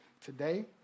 today